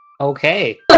Okay